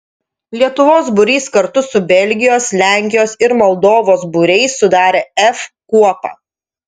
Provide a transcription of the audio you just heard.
lietuvos būrys kartu su belgijos lenkijos ir moldovos būriais sudarė f kuopą